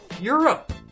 Europe